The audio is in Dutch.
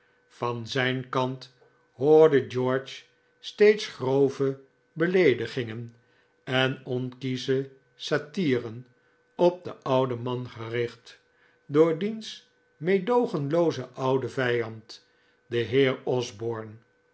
van zijn kant hoorde george steeds grove beleedigingen en onkiesche satiren op den ouden man gericht door diens meedoogenloozen ouden vijand den heer osborne